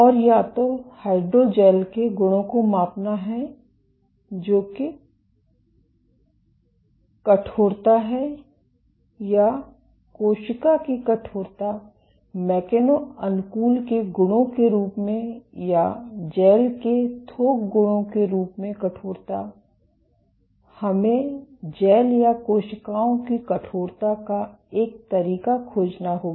और या तो हाइड्रोजैल के गुणों को मापना है जो की काठोरता है या कोशिका की कठोरता मैकेनो अनुकूलन के गुणों के रूप में या जैल के थोक गुणों के रूप में कठोरता हमें जैल या कोशिकाओं की कठोरता का एक तरीका खोजना होगा